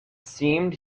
seemed